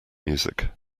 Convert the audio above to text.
music